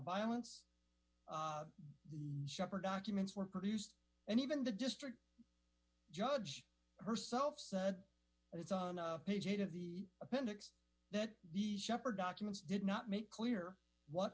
violence the shepherd documents were produced and even the district judge herself said it's on page eight of the appendix that the shepherd documents did not make clear what